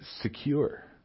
secure